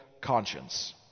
conscience